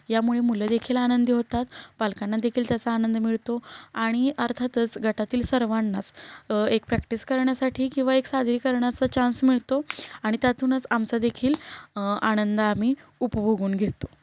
यामुळे मुलं देखील आनंदी होतात पालकांना देखील त्याचा आनंद मिळतो आणि अर्थातच गटातील सर्वांनाच एक प्रॅक्टिस करण्यासाठी किंवा एक सादरीकरणाचा चान्स मिळतो आणि त्यातूनच आमचा देखील आनंद आम्ही उपभोगून घेतो